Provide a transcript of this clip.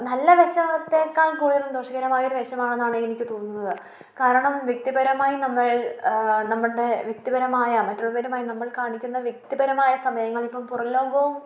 നല്ല വശത്തേക്കാൾ കൂടുതലും ദോഷകരമായ ഒരു വശമാണെന്നാണ് എനിക്ക് തോന്നുന്നത് കാരണം വ്യക്തിപരമായി നമ്മൾ നമ്മുടെ വ്യക്തിപരമായ മറ്റുള്ളവരുമായി നമ്മൾ കാണിക്കുന്ന വ്യക്തിപരമായ സമയങ്ങൾ ഇപ്പം പുറംലോകവും